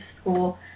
school